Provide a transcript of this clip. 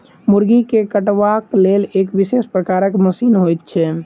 मुर्गी के कटबाक लेल एक विशेष प्रकारक मशीन होइत छै